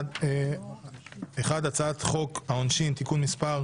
1. הצעת חוק העונשין (תיקון מס'